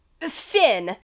Finn